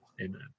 Amen